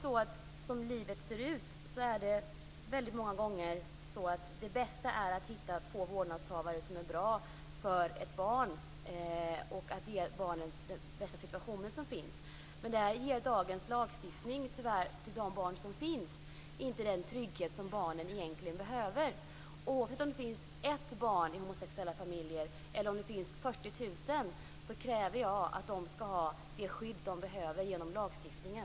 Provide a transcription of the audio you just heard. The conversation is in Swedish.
Som livet ser ut är det bästa många gånger att hitta två vårdnadshavare som är bra för ett barn och att ge barnet den bästa situation som finns. Men dagens lagstiftning ger tyvärr inte de barn som finns den trygghet som de egentligen behöver. Oavsett om det finns ett eller 40 000 barn i homosexuella familjer kräver jag att de ska ha det skydd som de behöver genom lagstiftningen.